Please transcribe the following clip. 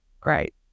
great